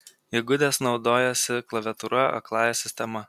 įgudęs naudojasi klaviatūra akląja sistema